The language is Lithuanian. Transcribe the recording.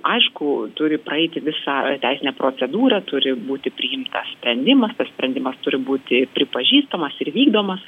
aišku turi praeiti visą teisinę procedūrą turi būti priimtas sprendimas tas sprendimas turi būti pripažįstamas ir vykdomas